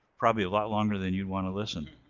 probably a lot longer than you'd wanna listen.